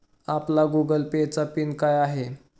आपला Google Pay चा pin काय आहे?